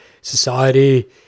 society